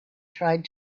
tried